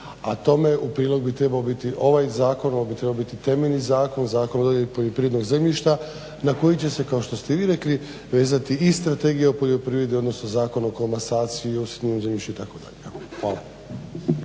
A tome u prilog bi trebao biti ovaj zakon, ovo bi trebao biti temeljni zakon, Zakon o dodjeli poljoprivrednog zemljišta na koji će se kao što ste i vi rekli vezati i Strategija o poljoprivredi, odnosno Zakon o … /Govornik se ne razumije./… zemljištu itd. Hvala.